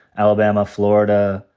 alabama, florida,